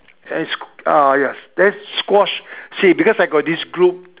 and sq~ ah yes then squash see because I got this group